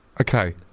Okay